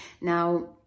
Now